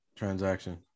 Transaction